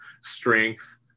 strength